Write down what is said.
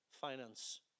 finance